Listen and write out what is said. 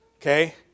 Okay